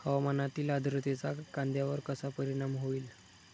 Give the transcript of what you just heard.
हवामानातील आर्द्रतेचा कांद्यावर कसा परिणाम होईल?